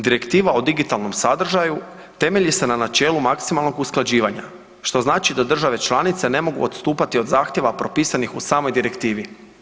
Direktiva o digitalnom sadržaju temeljni se na načelu maksimalnog usklađivanja što znači da države članice ne mogu odstupati od zahtjeva propisanih u samoj direktivi.